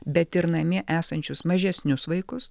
bet ir namie esančius mažesnius vaikus